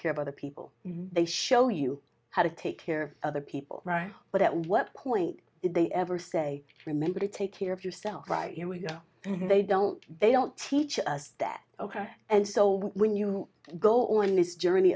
care of other people they show you how to take care of other people but at what point did they ever say remember to take care of yourself right here you know they don't they don't teach us that ok and so when you go on this journey